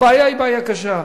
הבעיה היא בעיה קשה.